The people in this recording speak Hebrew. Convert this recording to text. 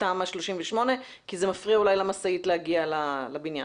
תמ"א 38 כי אולי העץ מפריע למשאית להגיע לבניין.